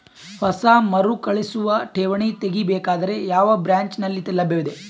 ಹೊಸ ಮರುಕಳಿಸುವ ಠೇವಣಿ ತೇಗಿ ಬೇಕಾದರ ಯಾವ ಬ್ರಾಂಚ್ ನಲ್ಲಿ ಲಭ್ಯವಿದೆ?